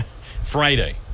Friday